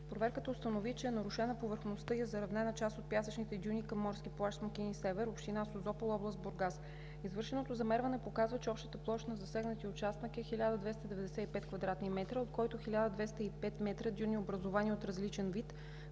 проверката установи, че е нарушена повърхността и е заравнена част от пясъчните дюни към морски плаж „Смокини – север“, община Созопол, област Бургас. Извършеното замерване показва, че общата площ на засегнатия участък е 1295 квадратни метра, от който 1205 дюни образувание от различен вид,